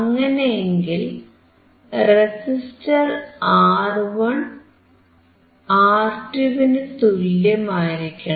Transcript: അങ്ങനെയെങ്കിൽ resistor R1 resistor R2 വിനു തുല്യമായിരിക്കണം